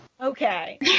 Okay